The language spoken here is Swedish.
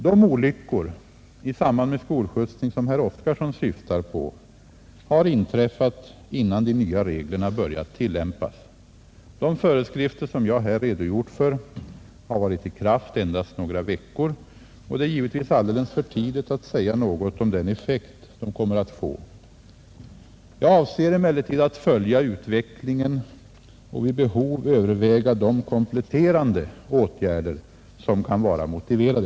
De olyckor i samband med skolskjutsning som herr Oskarson syftar på har inträffat innan de nya reglerna börjat tillämpas. De föreskrifter jag här redogjort för har varit i kraft endast några veckor, och det är givetvis alldeles för tidigt att säga något om den effekt de kommer att få. Jag avser emellertid att följa utvecklingen och vid behov överväga de kompletterande åtgärder som kan vara motiverade.